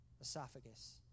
esophagus